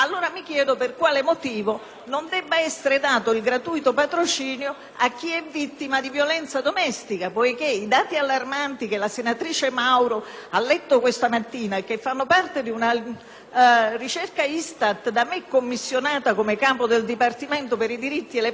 di tale forma di violenza, considerato che i dati allarmanti che la senatrice Mauro ha letto questa mattina, che fanno parte di una ricerca ISTAT da me commissionata nella mia veste di capo del dipartimento per i diritti e le pari opportunità, sono ancora più allarmanti per i casi di violenza domestica.